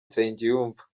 nsengiyumva